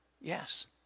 Yes